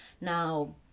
Now